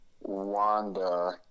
Wanda